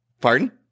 Pardon